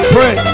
Pray